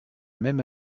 même